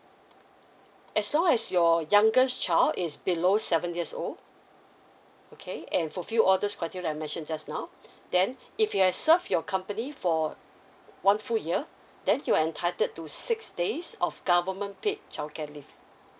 as long as your youngest child is below seven years old okay and for few others criteria I mentioned just now then if you have served your company for one full year then you entitled to six days of government paid child care leave